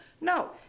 No